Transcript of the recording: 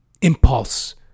impulse